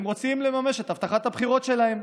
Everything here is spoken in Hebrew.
הם רוצים לממש את הבטחת הבחירות שלהם,